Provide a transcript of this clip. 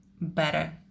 better